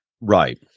Right